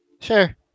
Sure